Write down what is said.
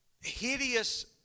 hideous